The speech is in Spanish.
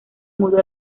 mudó